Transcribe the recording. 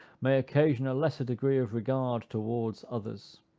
may occasion a lesser degree of regard towards others.